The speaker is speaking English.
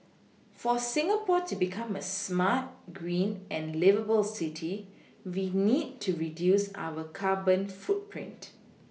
for Singapore to become a smart green and liveable city we need to reduce our carbon footprint